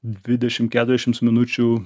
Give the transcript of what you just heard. dvidešim keturiašims minučių